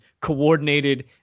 coordinated